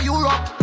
Europe